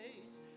face